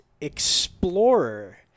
explorer